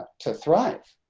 to thrive.